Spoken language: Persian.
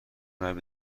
مرد